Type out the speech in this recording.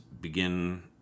begin